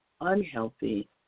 unhealthy